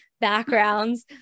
backgrounds